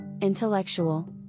intellectual